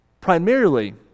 Primarily